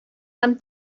һәм